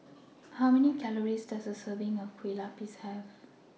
How Many Calories Does A Serving of Kue Lupis Have